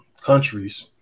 countries